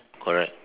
correct